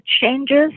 changes